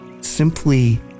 simply